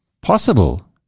possible